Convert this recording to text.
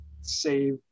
save